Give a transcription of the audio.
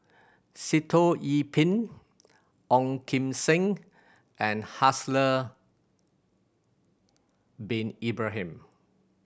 Sitoh Yih Pin Ong Kim Seng and Haslir Bin Ibrahim